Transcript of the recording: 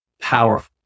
powerful